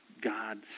God